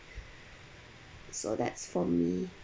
so that's for me